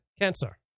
cancer